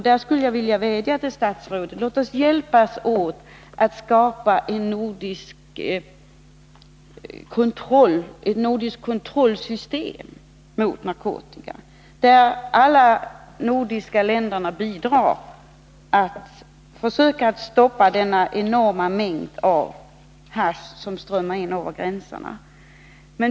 Jag skulle vilja vädja till statsrådet: Låt oss hjälpas åt för att skapa ett nordiskt kontrollsystem när det gäller narkotika, där alla nordiska länderna bidrar till att försöka stoppa den enorma mängd hasch som strömmar in över gränserna.